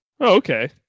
Okay